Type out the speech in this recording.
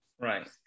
right